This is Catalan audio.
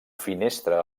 finestra